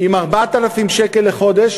עם 4,000 שקל לחודש,